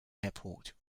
airport